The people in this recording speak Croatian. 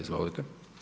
Izvolite.